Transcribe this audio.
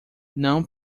não